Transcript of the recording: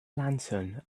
lantern